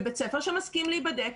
ובית ספר שמסכים להיבדק,